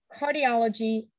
Cardiology